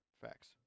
facts